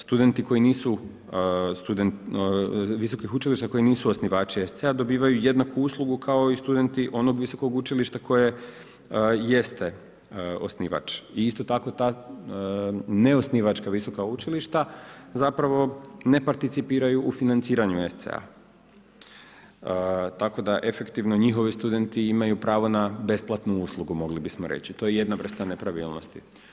Studenti visokih učilišta koji nisu osnivači SC-a dobivaju jednaku uslugu kao i studenti onog visokog učilišta jeste osnivač i isto tako da ne osnivačka visoka učilišta zapravo ne participiraju u financiranju SC-a, tako da efektivno njihovi studenti imaju pravo na besplatnu uslugu mogli bismo reći, to je jedna vrsta nepravilnosti.